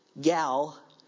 gal